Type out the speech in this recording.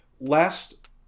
last